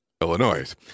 Illinois